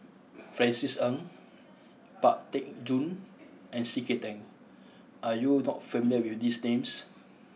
Francis Ng Pang Teck Joon and C K Tang are you not familiar with these names